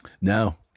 No